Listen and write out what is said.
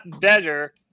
better